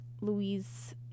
Louise